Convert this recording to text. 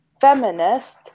feminist